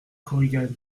korigane